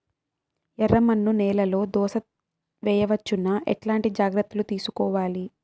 ఎర్రమన్ను నేలలో దోస వేయవచ్చునా? ఎట్లాంటి జాగ్రత్త లు తీసుకోవాలి?